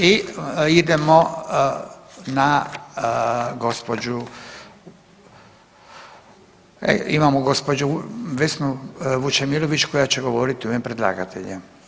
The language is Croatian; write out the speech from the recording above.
I idemo na gospođu imamo gospođu Vesnu Vučemilović koja će govoriti u ime predlagatelja.